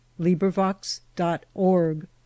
LibriVox.org